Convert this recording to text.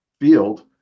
field